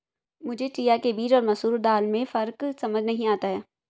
मुझे चिया के बीज और मसूर दाल में फ़र्क समझ नही आता है